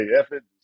effort